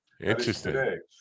Interesting